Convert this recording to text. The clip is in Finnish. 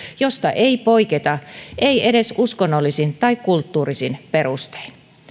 josta ei poiketa ei edes uskonnollisin tai kulttuurisin perustein